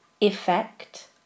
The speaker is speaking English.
effect